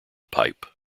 pipe